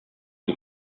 que